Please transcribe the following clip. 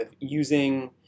using